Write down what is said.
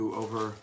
over